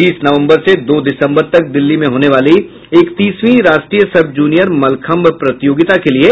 तीस नवंबर से दो दिसंबर तक दिल्ली में होने वाली इकतीसवीं राष्ट्रीय सब जूनियर मलखंभ प्रतियोगिता के लिये